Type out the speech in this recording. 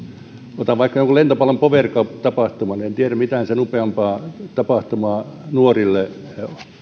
esimerkiksi vaikka lentopallon power cup tapahtuman en tiedä mitään sen upeampaa tapahtumaa nuorille olevan